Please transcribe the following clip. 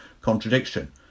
contradiction